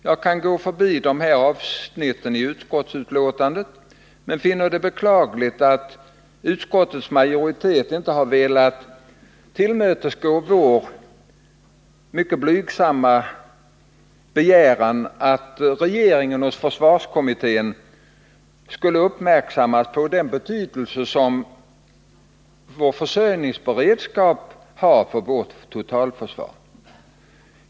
Jag kan gå förbi dessa avsnitt i betänkandet, men finner det beklagligt att utskottets majoritet inte har velat tillmötesgå vår mycket blygsamma begäran att regeringen borde rikta försvarskommitténs uppmärksamhet på den betydelse som vår försörjningsberedskap har för vårt totalförsvar.